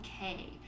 okay